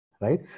right